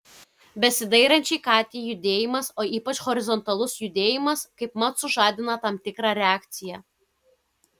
besidairančiai katei judėjimas o ypač horizontalus judėjimas kaipmat sužadina tam tikrą reakciją